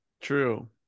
true